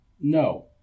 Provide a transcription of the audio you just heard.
No